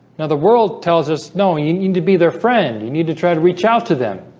now the world tells us knowing you need to be their friend you need to try to reach out to them